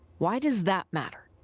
why does that matter?